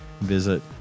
visit